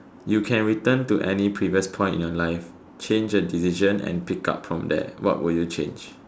you can return to any previous point of your life change a decision and pick up from there what would you change